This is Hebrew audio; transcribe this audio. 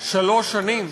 שלוש שנים.